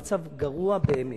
המצב גרוע באמת,